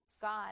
God